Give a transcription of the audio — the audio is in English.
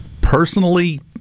Personally